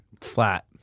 Flat